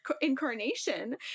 incarnation